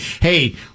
hey